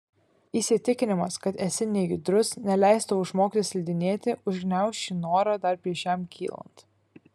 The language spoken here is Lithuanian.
įsitikinimas kad esi nejudrus neleis tau išmokti slidinėti užgniauš šį norą dar prieš jam kylant